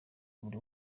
buri